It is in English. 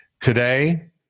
Today